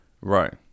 right